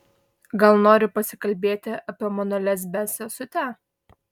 gal nori pasikalbėti apie mano lesbę sesutę